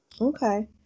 Okay